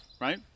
right